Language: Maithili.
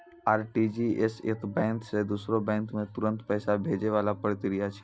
आर.टी.जी.एस एक बैंक से दूसरो बैंक मे तुरंत पैसा भैजै वाला प्रक्रिया छिकै